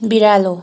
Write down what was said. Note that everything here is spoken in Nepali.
बिरालो